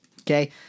Okay